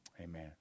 amen